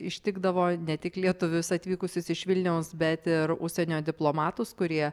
ištikdavo ne tik lietuvius atvykusius iš vilniaus bet ir užsienio diplomatus kurie